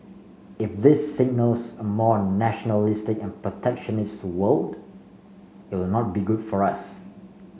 if this signals a more nationalistic and protectionist world not be good for us